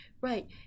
Right